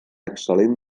excel·lent